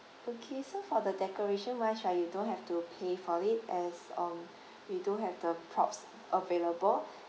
okay so for the decoration wise right you don't have to pay for it as um we do have the props available